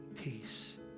peace